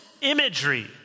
imagery